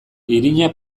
irina